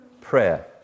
prayer